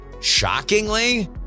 shockingly